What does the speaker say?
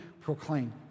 proclaim